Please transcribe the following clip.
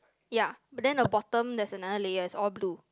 ya but then the bottom there's another layer is all blue